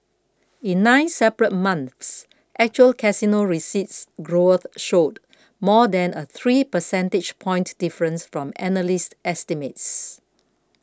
in nine separate months actual casino receipts growth showed more than a three percentage point difference from analyst estimates